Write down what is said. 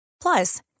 Plus